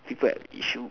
people have issue